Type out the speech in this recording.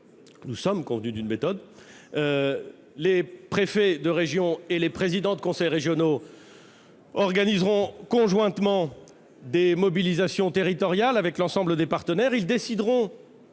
Nous sommes convenus d'une méthode : les préfets de région et les présidents de conseil régional organiseront, conjointement, des mobilisations territoriales avec l'ensemble des partenaires.